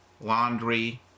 laundry